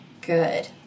Good